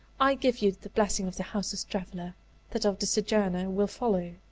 i give you the blessing of the houseless traveller that of the sojourner will follow.